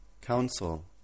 Council